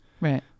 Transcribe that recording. Right